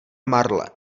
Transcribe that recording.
marle